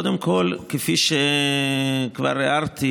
קודם כול, כפי שכבר הערתי